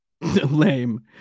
lame